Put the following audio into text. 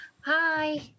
hi